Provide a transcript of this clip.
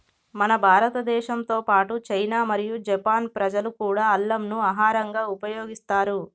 మన భారతదేశంతో పాటు చైనా మరియు జపాన్ ప్రజలు కూడా అల్లంను ఆహరంగా ఉపయోగిస్తారు